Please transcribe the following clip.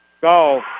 go